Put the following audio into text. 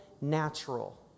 natural